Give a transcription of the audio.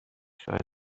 شاید